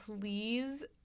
please